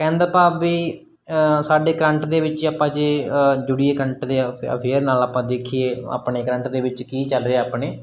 ਕਹਿਣ ਦਾ ਭਾਵ ਵੀ ਸਾਡੇ ਕਰੰਟ ਦੇ ਵਿੱਚ ਆਪਾਂ ਜੇ ਜੁੜੀਏ ਕਰੰਟ ਦੇ ਅਫ ਅਫੇਅਰ ਨਾਲ ਆਪਾਂ ਦੇਖੀਏ ਆਪਣੇ ਕਰੰਟ ਦੇ ਵਿੱਚ ਕੀ ਚੱਲ ਰਿਹਾ ਆਪਣੇ